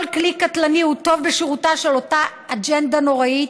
כל כלי קטלני הוא טוב בשירותה של אותה אג'נדה נוראית,